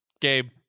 Gabe